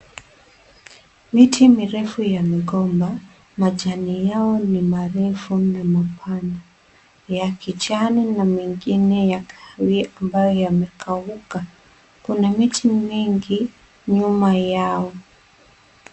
Miti mirefu ya migomba, majani yao ni marefu na mapana ya kijani na mengine ya kahawia ambayo yamekauka, kuna miti mingi nyuma yao.